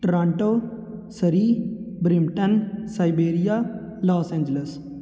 Toronto Surrey Brampton siberia Los Angeles